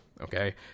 okay